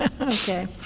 Okay